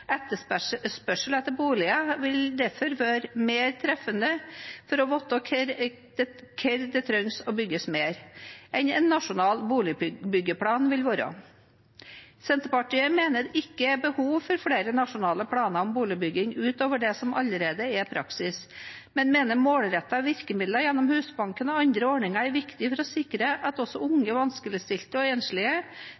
Etterspørsel etter boliger vil derfor være mer treffende enn en nasjonal boligbyggeplan vil være, for å vite hvor det trengs å bygges mer. Senterpartiet mener det ikke er behov for flere nasjonale planer om boligbygging utover det som allerede er praksis, men mener målrettede virkemidler gjennom Husbanken og andre ordninger er viktig for å sikre at også unge,